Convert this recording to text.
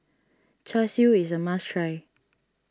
Char Siu is a must try